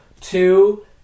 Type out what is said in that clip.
two